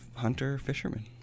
hunter-fisherman